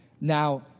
Now